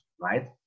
right